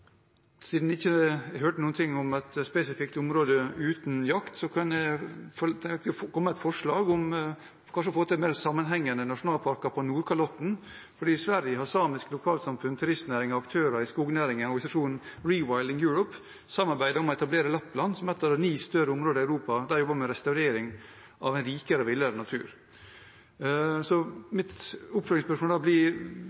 Siden jeg ikke hørte noen ting om noe spesifikt område uten jakt, kan jeg komme med et forslag om kanskje å få til mer sammenhengende nasjonalparker på Nordkalotten. I Sverige har samiske lokalsamfunn, turistnæringen, aktører i skognæringen og organisasjonen Rewilding Europe samarbeidet om å etablere Lappland som ett av ni større områder i Europa med restaurering av en rikere og villere natur.